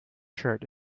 shirt